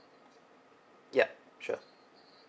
ya sure